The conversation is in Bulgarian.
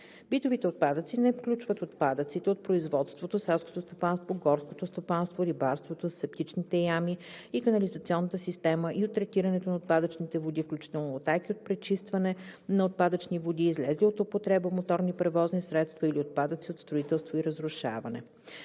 Битовите отпадъци не включват отпадъците от производството, селското стопанство, горското стопанство, рибарството, септичните ями и канализационната система и от третирането на отпадъчните води, включително утайки от пречистване на отпадъчни води, излезли от употреба моторни превозни средства или отпадъци от строителство и разрушаване.